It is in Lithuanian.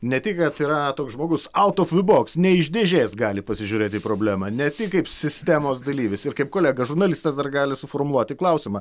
ne tik kad yra toks žmogus auto ful boks ne iš dėžės gali pasižiūrėti į problemą ne tik kaip sistemos dalyvis ir kaip kolega žurnalistas dar gali suformuluoti klausimą